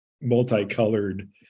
multicolored